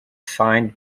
signed